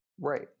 right